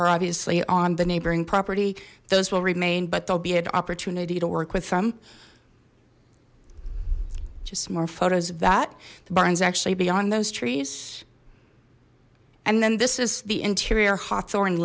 are obviously on the neighboring property those will remain but there'll be an opportunity to work with them just some more photos of that the barn is actually beyond those trees and then this is the interior hawthorn